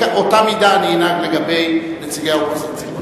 ואותה מידה אני אנהג לגבי נציגי האופוזיציה.